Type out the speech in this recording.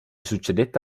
succedette